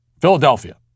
Philadelphia